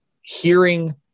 hearing